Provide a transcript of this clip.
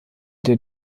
der